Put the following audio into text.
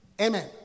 Amen